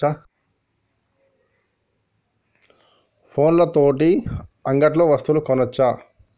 ఫోన్ల తోని అంగట్లో వస్తువులు కొనచ్చా?